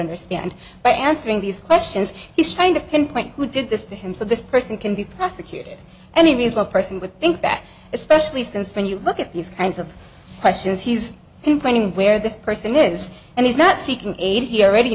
understand by answering these questions he's trying to pinpoint who did this to him so this person can be prosecuted and he is a person would think that especially since when you look at these kinds of questions he's complaining where this person is and he's not seeking aid he already